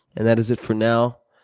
and that is it for now.